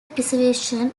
preservation